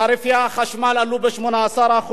תעריפי החשמל עלו ב-18%.